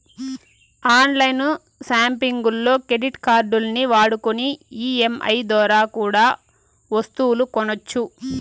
on line సాపింగుల్లో credit కార్డుల్ని వాడుకొని ఈ.ఎం.ఐ దోరా కూడా ఒస్తువులు కొనొచ్చు